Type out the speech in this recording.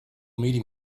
meeting